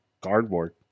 Cardboard